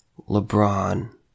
LeBron